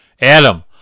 Adam